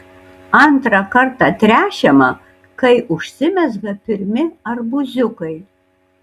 antrą kartą tręšiama kai užsimezga pirmi arbūziukai